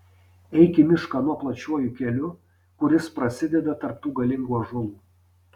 eik į mišką anuo plačiuoju keliu kuris prasideda tarp tų galingų ąžuolų